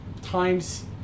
times